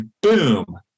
boom